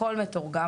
הכול מתורגם,